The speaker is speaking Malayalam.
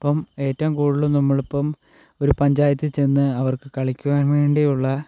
ഇപ്പം ഏറ്റവും കൂടുതൽ നമ്മൾ ഇപ്പം ഒരു പഞ്ചായത്തിൽ ചെന്ന് അവർക്ക് കളിക്കുവാൻ വേണ്ടിയുള്ള